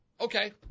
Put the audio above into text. Okay